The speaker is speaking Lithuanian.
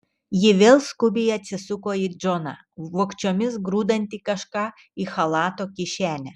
ji vėl skubiai atsisuko į džoną vogčiomis grūdantį kažką į chalato kišenę